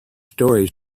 stories